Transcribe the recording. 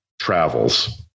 travels